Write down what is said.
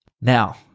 Now